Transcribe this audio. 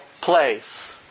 place